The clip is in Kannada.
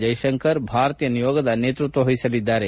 ಜಯಶಂಕರ್ ಭಾರತೀಯ ನಿಯೋಗದ ನೇತೃತ್ವ ವಹಿಸಲಿದ್ದಾರೆ